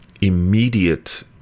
immediate